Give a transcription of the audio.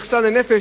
מכסה לנפש,